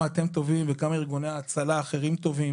אתם טובים ועד כמה ארגוני ההצלה האחרים טובים